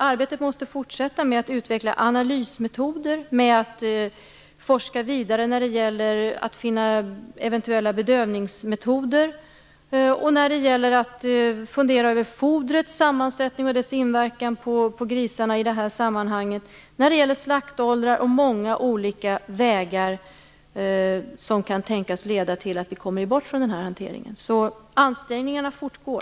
Arbetet med att utveckla analysmetoder måste fortsätta. Vi måste forska vidare när det gäller att finna eventuella bedövningsmetoder. Vi får fundera över fodrets sammansättning och dess inverkan på grisarna i det här sammanhanget. Vi får överväga slaktåldrar och pröva många olika vägar som kan tänkas leda till att vi kommer bort från den här hanteringen. Ansträngningarna fortgår.